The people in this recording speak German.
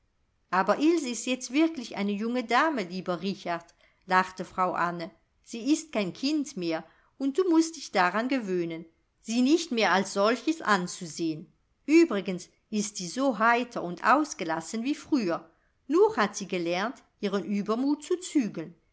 aber ilse ist jetzt wirklich eine junge dame lieber richard lachte frau anne sie ist kein kind mehr und du mußt dich daran gewöhnen sie nicht mehr als solches anzusehn uebrigens ist sie so heiter und ausgelassen wie früher nur hat sie gelernt ihren uebermut zu zügeln